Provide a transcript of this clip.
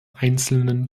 einzelnen